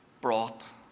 brought